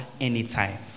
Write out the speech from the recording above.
anytime